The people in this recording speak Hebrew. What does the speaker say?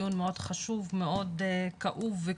דיון מאוד חשוב ומאוד כאוב וכואב.